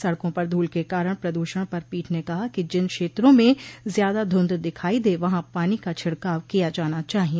सड़कों पर धूल के कारण प्रदूषण पर पीठ ने कहा कि जिन क्षेत्रों में ज्यादा धुंध दिखाई दे वहां पानी का छिड़काव किया जाना चाहिए